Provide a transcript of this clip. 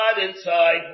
inside